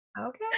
Okay